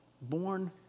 born